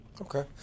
Okay